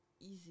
easy